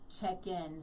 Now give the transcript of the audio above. Check-in